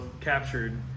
captured